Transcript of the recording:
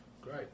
Great